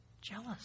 Jealous